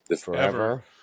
forever